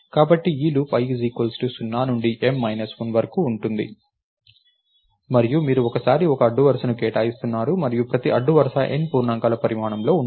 కాబట్టి ఈ loop i 0 నుండి M 1 వరకు ఉంటుంది మరియు మీరు ఒకేసారి ఒక అడ్డు వరుసను కేటాయిస్తున్నారు మరియు ప్రతి అడ్డు వరుస N పూర్ణాంకాల పరిమాణంలో ఉంటుంది